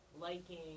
liking